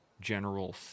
general